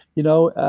you know?